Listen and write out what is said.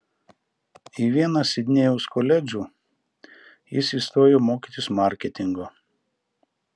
į vieną sidnėjaus koledžų jis įstojo mokytis marketingo